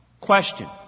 Question